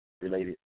related